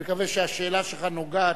אני מקווה שהשאלה שלך נוגעת,